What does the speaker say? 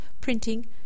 printing